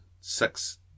Six